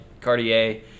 Cartier